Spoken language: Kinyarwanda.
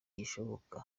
gishoboka